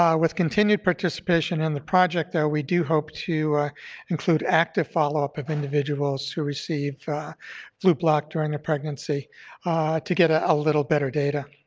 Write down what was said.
um with continued participation in the project, though, we do hope to include active follow-up with individuals who receive flublok during a pregnancy to get ah a little better data.